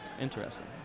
Interesting